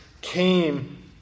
came